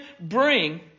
bring